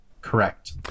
Correct